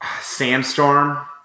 Sandstorm